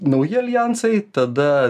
nauji aljansai tada